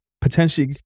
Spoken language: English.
potentially